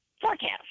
Forecast